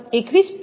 711 મળશે